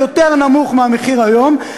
יותר נמוך מהמחיר היום,